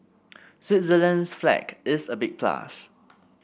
Switzerland's flag is a big plus